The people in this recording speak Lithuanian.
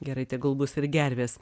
gerai tegul bus ir gervės